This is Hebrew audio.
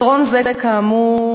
הפתרון הזה, כאמור,